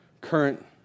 current